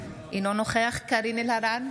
אינו נוכח קארין אלהרר,